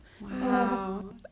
Wow